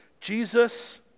Jesus